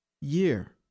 year